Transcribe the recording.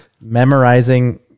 memorizing